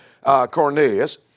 Cornelius